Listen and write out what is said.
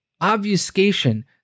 obfuscation